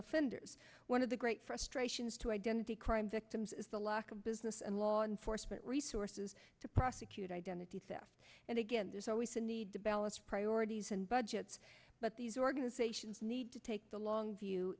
offenders one of the great frustrations to identity crime victims is the lack of business and law enforcement resources to prosecute identity theft and again there's always a need to balance priorities and budgets but these organizations need to take the long view